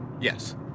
Yes